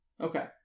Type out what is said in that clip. Okay